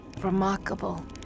remarkable